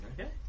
Okay